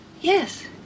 Yes